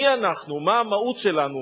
מי אנחנו, מה המהות שלנו.